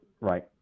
Right